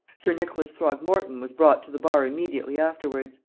sir nicholas throgmorton was brought to the bar immediately afterwards.